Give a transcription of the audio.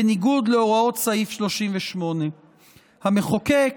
בניגוד להוראות סעיף 38. המחוקק